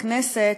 בכנסת,